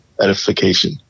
edification